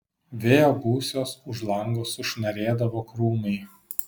vėjo gūsiuos už lango sušnarėdavo krūmai